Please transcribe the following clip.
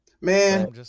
Man